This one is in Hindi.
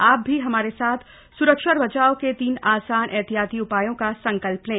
आप भी हमारे साथ स्रक्षा और बचाव के तीन आसान एहतियाती उपायों का संकल्प लें